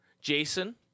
Jason